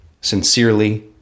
Sincerely